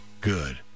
good